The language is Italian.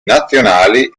nazionali